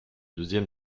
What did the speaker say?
deuxième